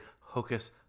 Hocus